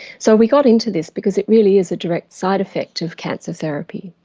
so we got into this because it really is a direct side effect of cancer therapy.